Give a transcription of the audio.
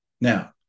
Now